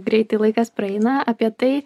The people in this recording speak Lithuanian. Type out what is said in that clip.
greitai laikas praeina apie tai